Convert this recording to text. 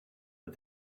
but